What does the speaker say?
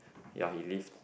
ya he leave